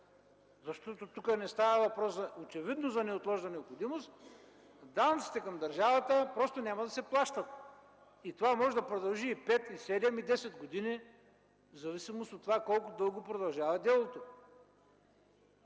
защото тук не става въпрос очевидно за неотложна необходимост, данъците към държавата просто няма да се плащат. Това може да продължи пет, седем и десет години, в зависимост от това колко дълго продължава делото.